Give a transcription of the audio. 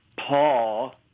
Paul